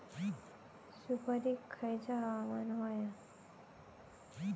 सुपरिक खयचा हवामान होया?